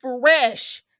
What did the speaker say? fresh